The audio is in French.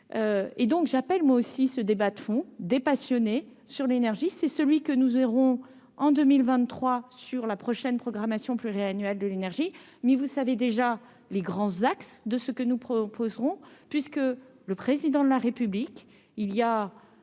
et donc j'appelle, moi aussi ce débat de fond des passionnés sur l'énergie, c'est celui que nous aurons en 2023 sur la prochaine programmation pluriannuelle de l'énergie, mais vous savez déjà les grands axes de ce que nous proposerons, puisque le président de la République, il y a